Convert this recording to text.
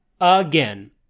again